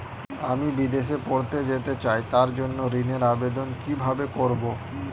আমি বিদেশে পড়তে যেতে চাই তার জন্য ঋণের আবেদন কিভাবে করব?